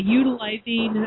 utilizing